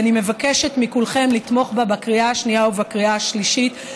ואני מבקשת מכולכם לתמוך בה בקריאה השנייה ובקריאה השלישית.